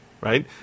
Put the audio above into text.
right